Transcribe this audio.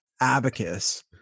abacus